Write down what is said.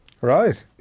Right